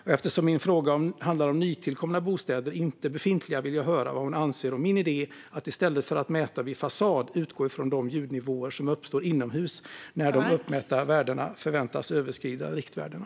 Och eftersom min fråga handlar om nytillkomna bostäder, inte befintliga, vill jag höra vad hon anser om min idé att i stället för att mäta vid fasad utgå från de ljudnivåer som uppstår inomhus när de uppmätta värdena förväntas överskrida riktvärdena.